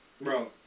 Bro